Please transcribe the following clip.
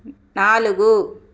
నాలుగు